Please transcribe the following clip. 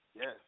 Yes